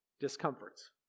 discomforts